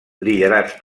liderats